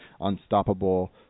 unstoppable